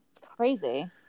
Crazy